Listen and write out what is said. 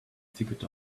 figured